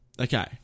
Okay